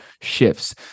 shifts